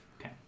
Okay